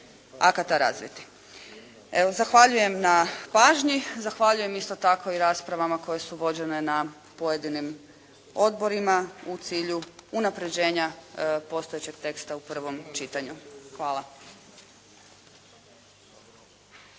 akata razviti. Evo, zahvaljujem na pažnji. Zahvaljujem isto tako i raspravama koje su vođene na pojedinim odborima u cilju unapređenja postojećeg teksta u prvom čitanju. Hvala.